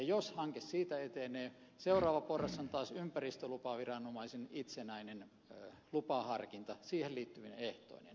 jos hanke siitä etenee seuraava porras on taas ympäristölupaviranomaisen itsenäinen lupaharkinta siihen liittyvine ehtoineen